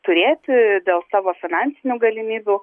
turėti dėl savo finansinių galimybių